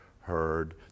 heard